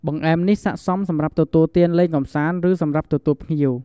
បង្អែមនេះស័ក្តិសមសម្រាប់ទទួលទានលេងកម្សាន្ត ឬសម្រាប់ទទួលភ្ញៀវ។